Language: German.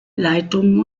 leitungen